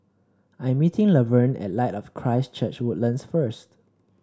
I'm meeting Laverne at Light of Christ Church Woodlands first